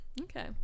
Okay